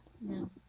No